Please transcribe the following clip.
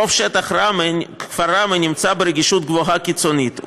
רוב שטח כפר ראמה נמצא ברגישות גבוהה קיצונית,